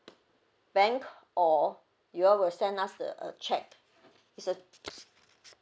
bank or you all will send us a cheque it's a